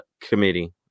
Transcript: committee